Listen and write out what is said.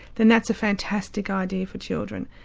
then that's a fantastic idea for children.